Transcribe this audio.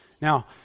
Now